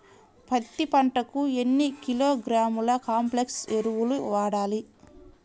పత్తి పంటకు ఎన్ని కిలోగ్రాముల కాంప్లెక్స్ ఎరువులు వాడాలి?